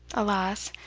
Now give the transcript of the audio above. alas!